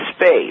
space